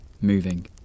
moving